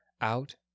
out